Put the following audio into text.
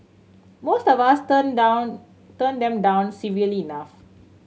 most of us turn down turn them down civilly enough